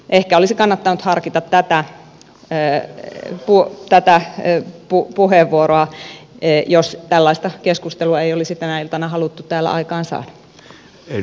ehkä olisi kannattanut harkita tätä puheenvuoroa jos tällaista keskustelua ei olisi tänä iltana haluttu täällä aikaansaada